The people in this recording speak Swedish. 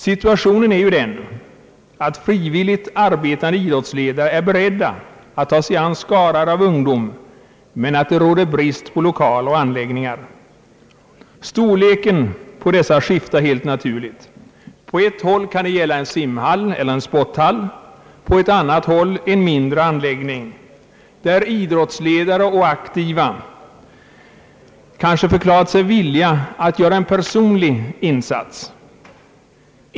Situationen är den att frivilligt arbetande idrottsledare är beredda att ta sig an skaror av ungdom men att det råder brist på lokaler och anläggningar. Dessas storlek skiftar helt naturligt. På ett håll kan det gälla en simhall eller en sporthall och på ett annat håll en mindre anläggning, för vars uppförande idrottsledare och aktiva kanske förklarat sig villiga att göra en personlig insats.